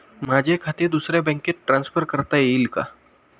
माझे खाते दुसऱ्या बँकेत ट्रान्सफर करता येईल का?